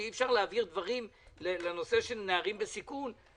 שאי-אפשר להעביר דברים לנושא של נערים בסיכון.